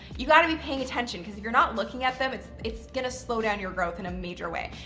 you've got to be paying attention, because if you're not looking at them it's it's going to slow down your growth in a major way.